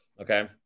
okay